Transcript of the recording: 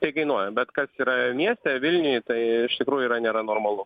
tai kainuoja bet kas yra mieste vilniuj tai iš tikrųjų yra nėra normalu